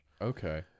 Okay